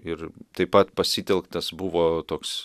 ir taip pat pasitelktas buvo toks